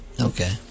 okay